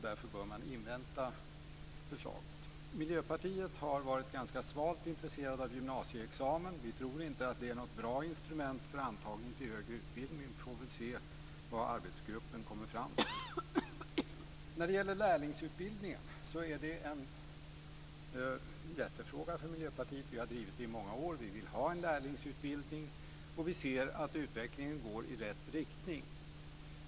Därför bör man invänta förslaget. Miljöpartiet har varit ganska svalt intresserat av gymnasieexamen. Vi tror inte att det är något bra instrument för antagning till högre utbildning. Vi får se vad arbetsgruppen kommer fram till. När det gäller lärlingsutbildningen är det en hjärtefråga för Miljöpartiet. Vi har drivit den i många år. Vi vill ha en lärlingsutbildning, och vi ser att utvecklingen går i rätt riktning.